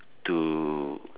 to